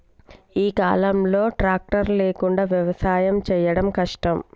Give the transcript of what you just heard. ఈ కాలం లో ట్రాక్టర్ లేకుండా వ్యవసాయం చేయడం కష్టం